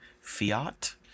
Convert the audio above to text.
Fiat